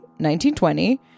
1920